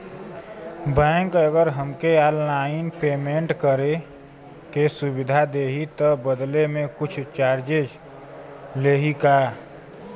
Bank अगर हमके online payment करे के सुविधा देही त बदले में कुछ चार्जेस लेही का?